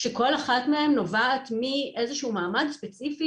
כאשר כל אחת מהן נובעת מאיזה שהוא מאמץ ספציפי